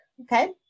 okay